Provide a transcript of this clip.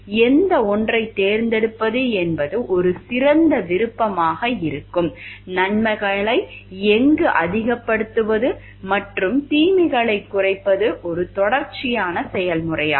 எந்த ஒன்றைத் தேர்ந்தெடுப்பது என்பது ஒரு சிறந்த விருப்பமாக இருக்கும் நன்மைகளை எங்கு அதிகப்படுத்துவது மற்றும் தீமைகளைக் குறைப்பது ஒரு தொடர்ச்சியான செயல்முறையாகும்